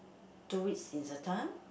two weeks is the time